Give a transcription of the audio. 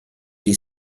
die